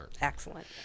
Excellent